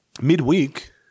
midweek